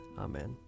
Amen